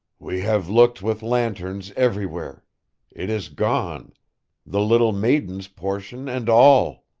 we have looked with lanterns everywhere it is gone the little maiden's portion and all!